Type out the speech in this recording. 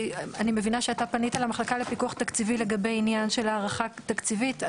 אני מבינה שאתה פנית למחלקה לפיקוח תקציבי לגבי עניין של הערכה תקציבית.